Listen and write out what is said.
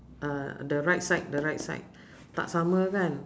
uh the right side the right side tak sama kan